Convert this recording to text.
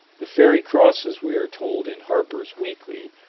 the fairy crosses, we are told in harper's weekly,